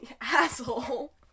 asshole